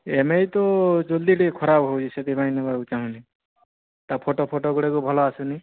ଇମାଇ ତ ଜଲ୍ଦି ଟିକିଏ ଖରାପ ହୋଇଯାଉଛି ସେଇଥିପାଇଁ ନେବାକୁ ଚାହୁଁନି ତା' ଫଟୋ ଗୁଡ଼ାକ ଭଲ ଆସୁନି